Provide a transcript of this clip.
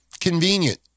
convenient